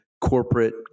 corporate